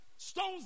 stones